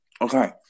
Okay